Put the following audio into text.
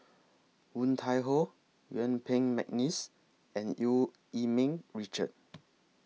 Woon Tai Ho Yuen Peng Mcneice and EU Yee Ming Richard